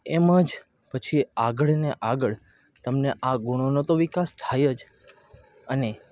એમ જ પછી આગળને આગળ તમને આ ગુણોનો તો વિકાસ થાય જ અને